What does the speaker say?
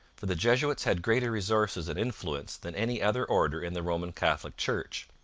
for the jesuits had greater resources and influence than any other order in the roman catholic church,